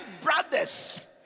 brothers